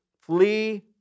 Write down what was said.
flee